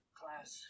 class